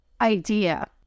idea